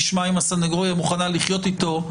נשמע אם הסנגוריה מוכנה לחיות איתו.